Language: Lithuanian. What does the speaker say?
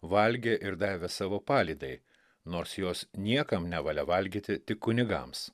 valgė ir davė savo palydai nors jos niekam nevalia valgyti tik kunigams